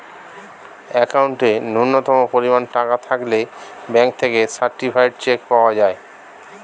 অ্যাকাউন্টে ন্যূনতম পরিমাণ টাকা থাকলে ব্যাঙ্ক থেকে সার্টিফায়েড চেক পাওয়া যায়